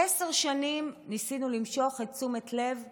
עשר שנים ניסינו למשוך את תשומת לב הממשל,